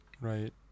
Right